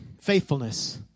Faithfulness